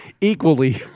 equally